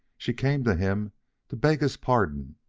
she came to him to beg his pardon,